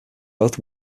both